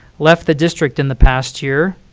left the district in the past year,